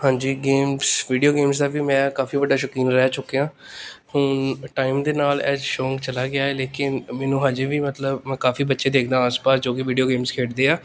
ਹਾਂਜੀ games video games ਦਾ ਵੀ ਮੈਂ ਕਾਫੀ ਵੱਡਾ ਸ਼ੌਕੀਨ ਰਹਿ ਚੁੱਕਿਆ ਹੁਣ ਟਾਈਮ ਦੇ ਨਾਲ ਐਹ ਸ਼ੌਕ ਚਲਾ ਗਿਆ ਲੇਕਿਨ ਮੈਨੂੰ ਹਜੇ ਵੀ ਮਤਲਬ ਮੈਂ ਕਾਫੀ ਬੱਚੇ ਦੇਖਦਾ ਆਸ ਪਾਸ ਜੋ ਕਿ ਵੀਡੀਓ ਗੇਮਸ ਖੇਡਦੇ ਹਾਂ